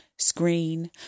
screen